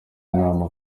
inama